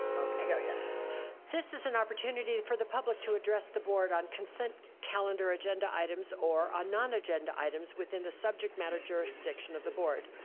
okay yeah this is an opportunity for the public to address the board on consent calendar agenda items or a non-agenda items within the subject matter jurisdiction of the board.